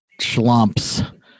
schlumps